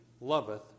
loveth